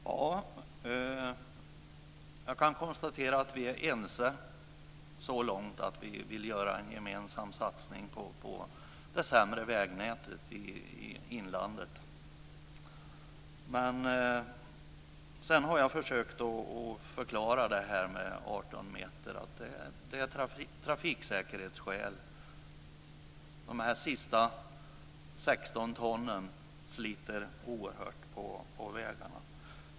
Fru talman! Jag kan konstatera att vi är ense så långt att vi vill göra en gemensam satsning på det sämre vägnätet i inlandet. Sedan har jag försökt att förklara det här med 18 meter. Det är av trafiksäkerhetsskäl. De sista 16 tonen sliter oerhört på vägarna.